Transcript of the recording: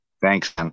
Thanks